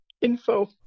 info